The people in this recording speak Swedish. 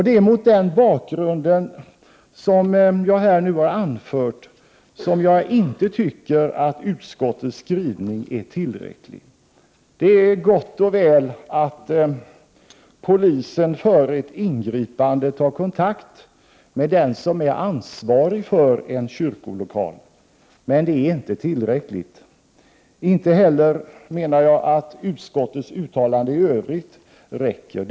Det är mot den bakgrunden som jag här redovisat som jag inte tycker att utskottets skrivning är tillräcklig. Det är gott och väl att polisen före ett ingripande tar kontakt med den som är ansvarig för en kyrkolokal, men det är inte tillräckligt. Inte heller menar jag att utskottets uttalande i övrigt räcker.